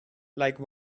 like